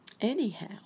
Anyhow